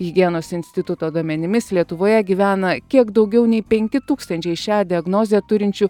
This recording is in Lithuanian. higienos instituto duomenimis lietuvoje gyvena kiek daugiau nei penki tūkstančiai šią diagnozę turinčių